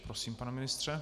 Prosím, pane ministře.